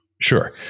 Sure